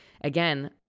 again